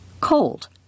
Cold